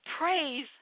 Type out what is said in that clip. Praise